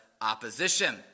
opposition